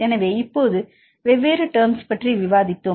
எனவே இப்போது வெவ்வேறு டெர்ம்ஸ் பற்றி விவாதித்தோம்